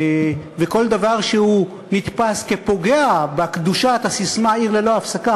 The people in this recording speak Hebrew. וכל דבר שנתפס כפוגע בקדושת הססמה "עיר ללא הפסקה",